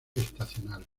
estacionales